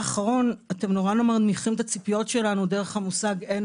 אתם נורא לא מנמיכים את הציפיות שלנו דרך המושג שאין